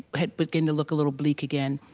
had begin to look a little bleak again.